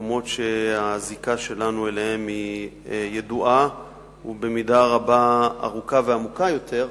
מקומות שהזיקה שלנו אליהם ידועה ובמידה רבה ארוכה ועמוקה ביותר,